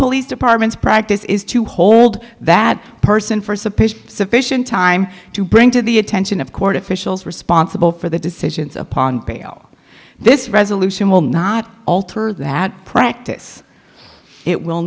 police department's practice is to hold that person for a supposed sufficient time to bring to the attention of court officials responsible for the decisions upon bail this resolution will not alter that practice it will